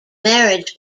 marriage